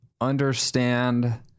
understand